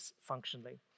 functionally